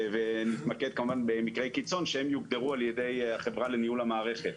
ונתמקד כמובן במקרי קיצון שהם יוגדרו על ידי החברה לניהול המערכת.